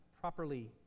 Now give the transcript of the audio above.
properly